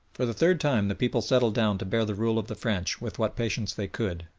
for the third time the people settled down to bear the rule of the french with what patience they could,